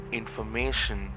information